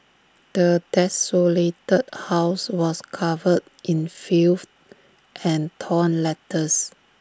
the desolated house was covered in filth and torn letters